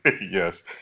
Yes